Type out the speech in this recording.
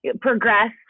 progress